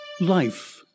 life